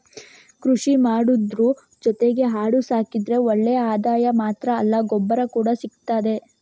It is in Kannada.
ಕೃಷಿ ಮಾಡುದ್ರ ಜೊತೆಗೆ ಆಡು ಸಾಕಿದ್ರೆ ಒಳ್ಳೆ ಆದಾಯ ಮಾತ್ರ ಅಲ್ಲ ಗೊಬ್ಬರ ಕೂಡಾ ಸಿಗ್ತದೆ